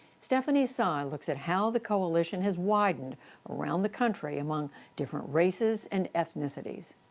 stephanie sy looks at how the coalition has widened around the country among different races and ethnicities.